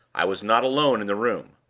i was not alone in the room.